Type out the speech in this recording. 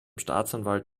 staatsanwalt